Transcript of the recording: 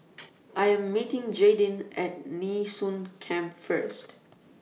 I Am meeting Jaydin At Nee Soon Camp First